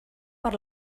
per